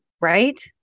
Right